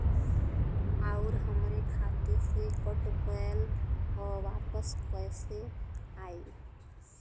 आऊर हमरे खाते से कट गैल ह वापस कैसे आई?